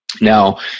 Now